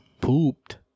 pooped